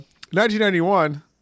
1991